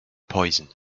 poison